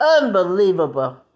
Unbelievable